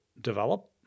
develop